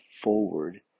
forward